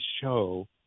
show